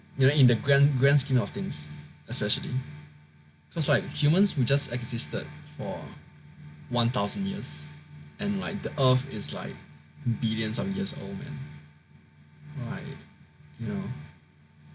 you know in the grand grand scheme of things especially cause like humans we just existed for one thousand years and like the earth is like billions of years old man